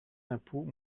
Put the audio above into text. d’impôts